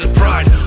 pride